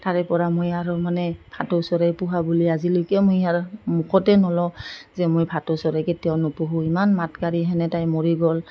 তাৰে পৰা মই আৰু মানে ভাটৌ চৰাই পোহা বুলি আজিলৈকে মই ইয়াৰ মুখতে নলওঁ যে মই ভাটৌ চৰাই কেতিয়াও নোপোহোঁ ইমান মাত কাৰি তেনে তাই মৰি গ'ল